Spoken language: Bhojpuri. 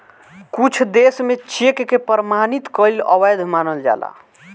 कुछ देस में चेक के प्रमाणित कईल अवैध मानल जाला